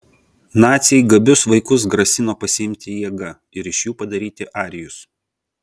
naciai gabius vaikus grasino pasiimti jėga ir iš jų padaryti arijus